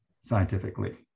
scientifically